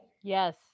Yes